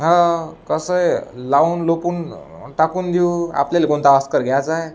हा कसं आहे लावून लेपून टाकून देऊ आपल्याला कोणता ऑस्कर घ्यायचा आहे